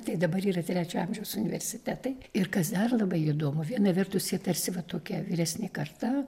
tai dabar yra trečio amžiaus universitetai ir kas dar labai įdomu viena vertus jie tarsi va tokia vyresnė karta